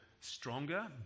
stronger